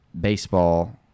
baseball